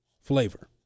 flavor